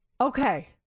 Okay